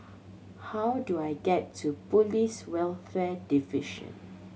how do I get to Police Welfare Division